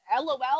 LOL